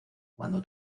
cuando